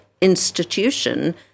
institution